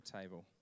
table